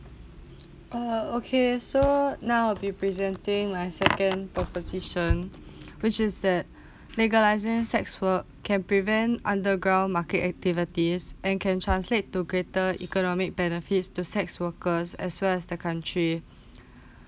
uh okay so now I'll be presenting my second proposition which is that legalising sex work can prevent underground market activities and can translate to greater economic benefits to sex workers as well as the country